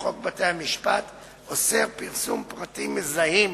לחוק בתי-המשפט אוסר פרסום פרטים מזהים